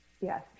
Yes